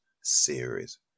series